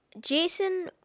Jason